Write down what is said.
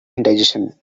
indigestion